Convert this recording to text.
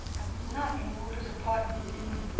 i was not in walter's apartment this evening,